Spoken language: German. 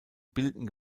bilden